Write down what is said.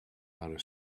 outer